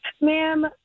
ma'am